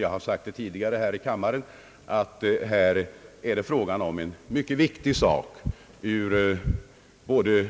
Jag har sagt det tidigare här i kammaren — jag delar alltså herr Edströms uppfattning härvidlag — att här är det fråga om en mycket viktig angelägenhet ur både